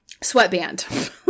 sweatband